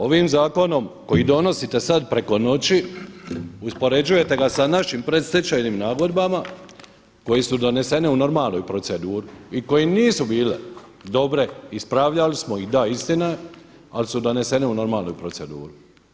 Ovim zakonom koji donosite sada preko noći uspoređujete ga sa našim predstečajnim nagodbama koje su donesene u normalnoj proceduri koje nisu bile dobre, ispravljali smo ih da, istina je, ali su donesene u normalnoj proceduri.